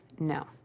No